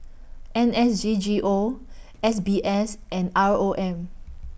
N S D G O S B S and R O M